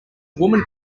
woman